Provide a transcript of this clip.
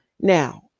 Now